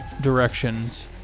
directions